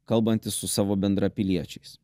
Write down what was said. kalbantis su savo bendrapiliečiais